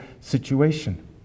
situation